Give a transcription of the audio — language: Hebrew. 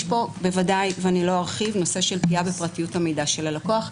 יש פה בוודאי נושא של פגיעה בפרטיות המידע של הלקוח,